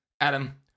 Adam